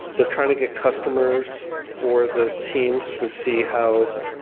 they're trying to get customers for the teams to see how,